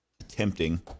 attempting